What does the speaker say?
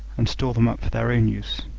and store them up for their own use.